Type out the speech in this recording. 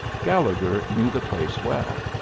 gallegher knew the place well.